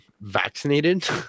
vaccinated